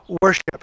worship